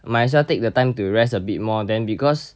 might as well take the time to rest a bit more then because